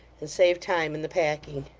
and save time in the packing.